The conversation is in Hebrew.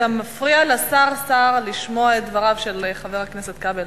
אתה מפריע לשר לשמוע את דבריו של חבר הכנסת כבל.